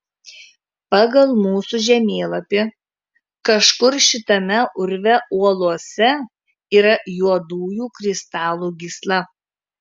pagal mūsų žemėlapį kažkur šitame urve uolose yra juodųjų kristalų gysla